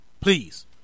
please